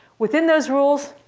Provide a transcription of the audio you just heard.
within those rules,